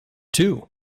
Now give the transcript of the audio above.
two